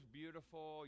beautiful